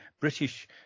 British